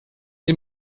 die